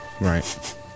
right